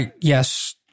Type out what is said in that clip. Yes